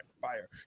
fire